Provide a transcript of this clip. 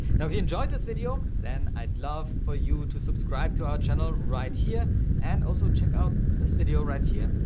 now, if you enjoyed this video, then i'd love for you to subscribe to our channel right here and also check out this video right here,